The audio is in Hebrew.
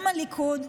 עם הליכוד,